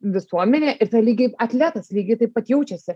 visuomenė ir tada lygiai atletas lygiai taip pat jaučiasi